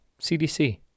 CDC